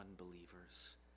unbelievers